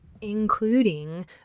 including